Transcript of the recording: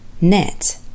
net